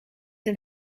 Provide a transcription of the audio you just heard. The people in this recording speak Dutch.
een